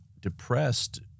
depressed